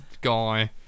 guy